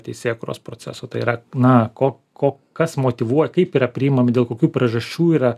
teisėkūros proceso tai yra na ko ko kas motyvuoja kaip yra priimami dėl kokių priežasčių yra